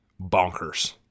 bonkers